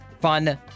fun